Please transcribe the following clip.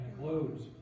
loads